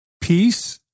peace